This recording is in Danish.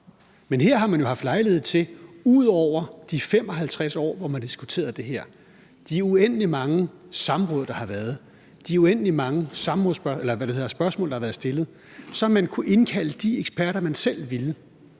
Men her har man jo haft lejlighed til – ud over de 55 år, hvor man har diskuteret det her, de uendelig mange samråd, der har været, de uendelig mange spørgsmål, der har været stillet – at indkalde de eksperter, man selv ville.